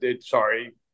Sorry